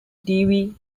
dewey